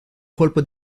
colpo